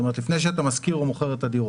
זאת אומרת, לפני שאתה משכיר או מוכר את הדירות.